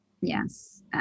Yes